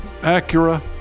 Acura